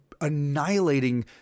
annihilating